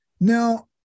Now